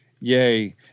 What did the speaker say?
yay